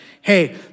hey